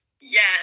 Yes